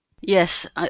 Yes